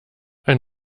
ein